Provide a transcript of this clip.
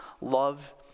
Love